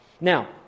Now